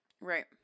Right